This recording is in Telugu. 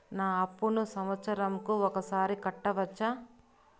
నా అప్పును సంవత్సరంకు ఒకసారి కట్టవచ్చా?